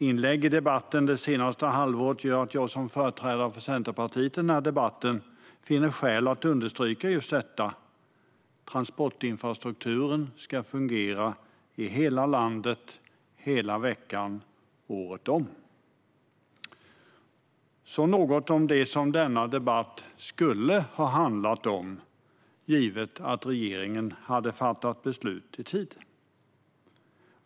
Inlägg i debatten det senaste halvåret gör att jag som företrädare för Centerpartiet i denna debatt finner skäl att understryka just detta: Transportinfrastrukturen ska fungera i hela landet, under hela veckan, året om. Jag ska säga något om det som denna debatt skulle ha handlat om givet att regeringen hade fattat beslut i tid.